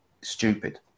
stupid